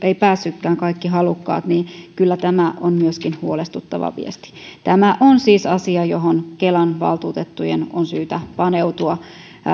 eivät päässeetkään kaikki halukkaat niin kyllä myöskin tämä on huolestuttava viesti tämä on siis asia johon kelan valtuutettujen on syytä paneutua